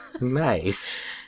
nice